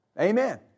Amen